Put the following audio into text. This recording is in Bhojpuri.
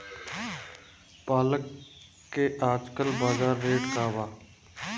पालक के आजकल बजार रेट का बा?